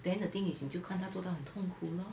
then the thing is 你就看她做到很痛苦 lor